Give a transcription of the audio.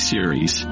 Series